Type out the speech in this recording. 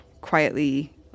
quietly